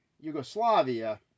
Yugoslavia